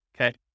okay